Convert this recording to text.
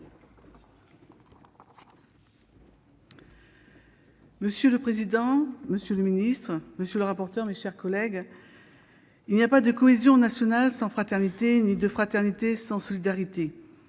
Monsieur le président, monsieur le secrétaire d'État, mes chers collègues, il n'y a pas de cohésion nationale sans fraternité, ni de fraternité sans solidarité.